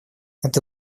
это